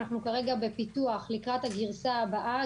אנחנו כרגע בפיתוח לקראת הגרסה הבאה,